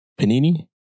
Panini